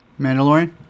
mandalorian